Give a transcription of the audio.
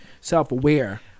self-aware